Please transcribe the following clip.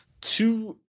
two